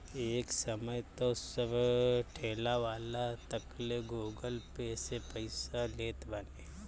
एक समय तअ सब ठेलावाला तकले गूगल पे से पईसा लेत बाने